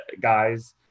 guys